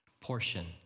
portion